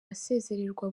asezererwa